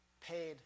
paid